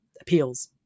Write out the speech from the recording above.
appeals